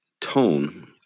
tone